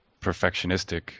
perfectionistic